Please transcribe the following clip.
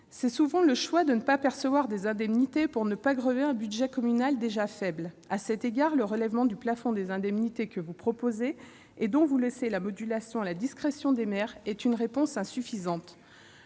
c'est souvent le choix de ne pas percevoir ses indemnités pour ne pas grever un budget communal déjà faible. À cet égard, le relèvement du plafond des indemnités que vous proposez et dont vous laissez la modulation à la discrétion des maires est une réponse insuffisante.